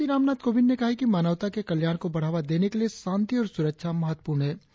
राष्ट्रपति रामनाथ कोविंद ने कहा है कि मानवता के कल्याण को बढ़ावा देने के लिए शांति और सुरक्षा महत्वपूर्ण हैं